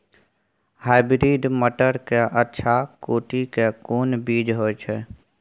Hybrid मटर के अच्छा कोटि के कोन बीज होय छै?